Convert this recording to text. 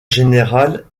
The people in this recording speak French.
général